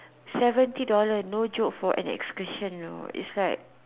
seventy dollar no joke for an excursion you know no joke it's like